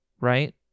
right